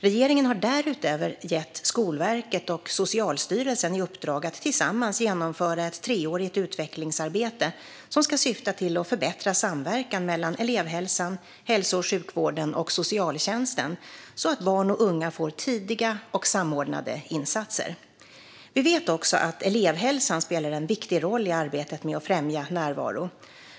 Regeringen har därutöver gett Skolverket och Socialstyrelsen i uppdrag att tillsammans genomföra ett treårigt utvecklingsarbete som ska syfta till att förbättra samverkan mellan elevhälsan, hälso och sjukvården och socialtjänsten så att barn och unga får tidiga och samordnade insatser. Vi vet också att elevhälsan spelar en viktig roll i arbetet med att främja närvaro.